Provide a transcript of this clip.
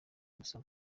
gusama